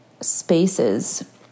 spaces